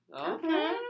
Okay